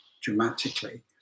dramatically